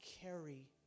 carry